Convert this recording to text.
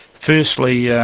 firstly, yeah